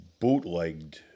bootlegged